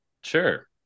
Sure